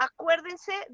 Acuérdense